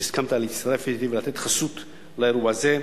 שהסכמת להצטרף ולתת חסות לאירוע הזה.